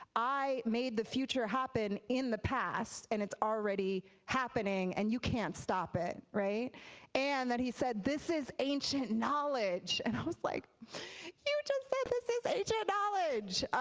i made the future happen in the past. and it's already happening and you can't stop it. and then he said this is ancient knowledge. and i was like you just said this is ancient knowledge.